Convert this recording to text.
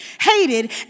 hated